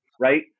right